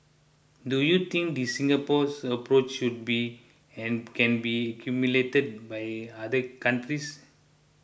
do you think this Singapore approach should be and can be emulated by other countries